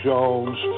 Jones